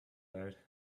out